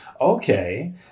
Okay